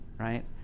Right